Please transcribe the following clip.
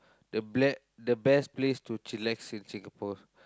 the ble~ the best place to chillax in Singapore